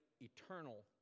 eternal